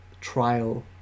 trial